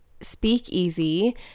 speakeasy